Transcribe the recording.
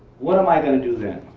what am i gonna do then?